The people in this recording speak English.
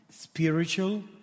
Spiritual